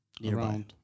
nearby